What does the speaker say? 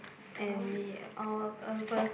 and we all of us